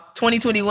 2021